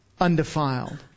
undefiled